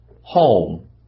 home